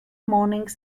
morning